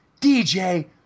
DJ